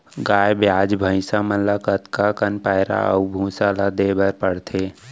गाय ब्याज भैसा मन ल कतका कन पैरा अऊ भूसा ल देये बर पढ़थे?